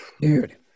dude